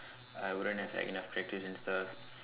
I wouldn't have like enough practice and stuff